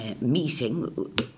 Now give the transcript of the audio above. Meeting